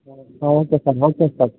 ಹಾಂ okay sir okay sir